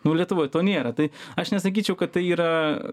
nu lietuvoj to nėra tai aš nesakyčiau kad tai yra